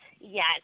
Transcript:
yes